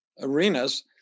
arenas